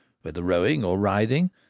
whether rowing or riding,